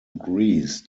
greece